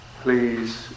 please